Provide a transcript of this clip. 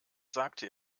sagte